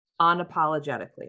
unapologetically